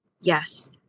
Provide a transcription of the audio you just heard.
Yes